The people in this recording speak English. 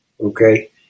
okay